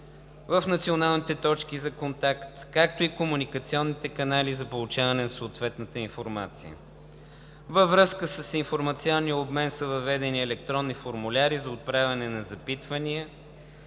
в националните точки за контакт, както и комуникационните канали за получаване на съответната информация. Във връзка с информационния обмен са въведени електронни формуляри за отправяне на запитвания,